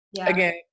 again